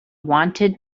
wanted